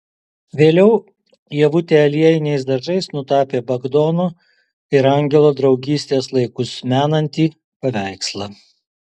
vėliau ievutė aliejiniais dažais nutapė bagdono ir angelo draugystės laikus menantį paveikslą